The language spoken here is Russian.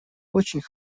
очень